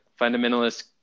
fundamentalist